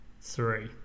three